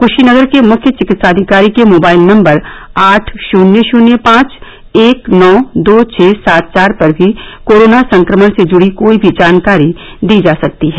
क्शीनगर के मुख्य चिकित्साधिकारी के मोबाईल नम्बर आठ शून्य शून्य पांच एक नौ दो छ सात चार पर भी कोरोना संक्रमण से जुड़ी कोई भी जानकारी दी जा सकती है